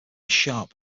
sharpe